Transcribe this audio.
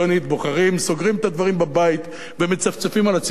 בוחרים וסוגרים את הדברים בבית ומצפצפים על הציבור,